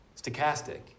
stochastic